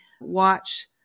watch